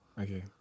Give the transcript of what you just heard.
Okay